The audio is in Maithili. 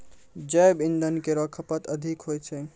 जैव इंधन केरो खपत अधिक होय छै